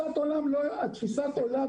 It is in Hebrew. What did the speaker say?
הרבה פעמים תפיסת העולם,